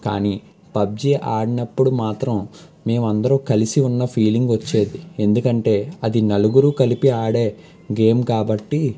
కానీ పబ్జీ ఆడినప్పుడు మాత్రం మేమందరూ కలిసి ఉన్న ఫీలింగ్ వచ్చేసి ఎందుకంటే అది నలుగురూ కలిసి ఆడే గేమ్ కాబట్టి